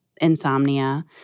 insomnia